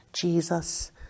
Jesus